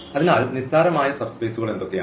അതിനാൽ നിസ്സാരമായ സബ്സ്പേസുകൾ എന്തൊക്കെയാണ്